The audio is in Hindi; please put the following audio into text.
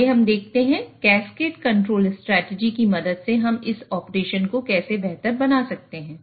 आइए हम देखते हैं कि कैस्केड कंट्रोल स्ट्रेटजी की मदद से हम इस ऑपरेशन को कैसे बेहतर बना सकते हैं